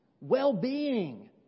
well-being